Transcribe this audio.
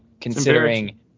considering